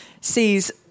sees